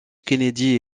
kennedy